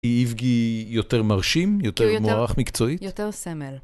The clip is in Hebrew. איבגי יותר מרשים? יותר מוערך מקצועית? יותר סמל.